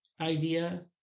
idea